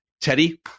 Teddy